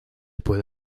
puede